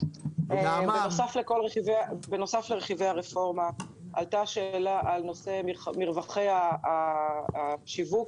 בנוסף לכל רכיבי הרפורמה עלתה השאלה בנושא מרווחי השיווק.